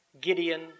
Gideon